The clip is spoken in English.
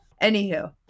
Anywho